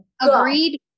Agreed